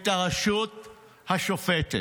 את הרשות השופטת.